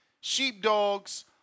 Sheepdogs